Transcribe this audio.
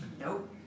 Nope